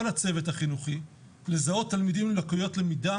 הצוות החינוכי לזהות תלמידים עם לקויות למידה